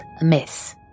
amiss